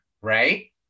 right